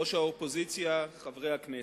ראש האופוזיציה, חברי הכנסת,